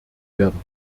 werden